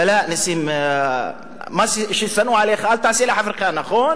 נסים, מה ששנוא עליך אל תעשה לחברך, נכון?